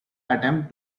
attempt